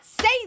say